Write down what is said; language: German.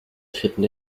dritten